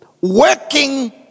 working